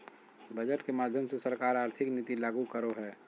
budget के माध्यम से सरकार आर्थिक नीति लागू करो हय